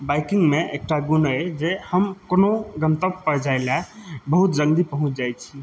बाइकिंगमे एकटा गुण अछि जे हम कोनो गन्तव्य पर जाय ला बहुत जल्दी पहुँच जाइ छी